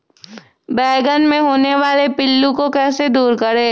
बैंगन मे होने वाले पिल्लू को कैसे दूर करें?